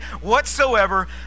whatsoever